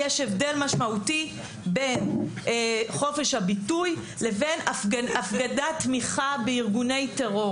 יש הבדל משמעותי בין חופש הביטוי לבין הפגנת תמיכה בארגוני טרור,